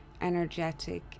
energetic